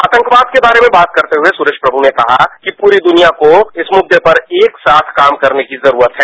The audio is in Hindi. आतंकवाद के बारे में बात करते हुए सुरेश प्रमु ने कहा कि पूरी दुनिया को एक साथ इस मुरे पर काम करने की जरूरत है